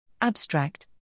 Abstract